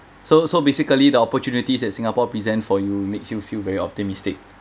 so so basically the opportunities that singapore present for you makes you feel very optimistic